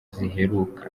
ziheruka